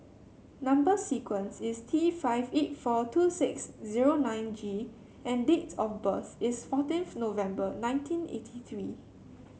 number sequence is T five eight four two six zero nine G and date of birth is fourteenth November nineteen eighty three